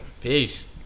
Peace